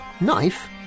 knife